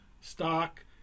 stock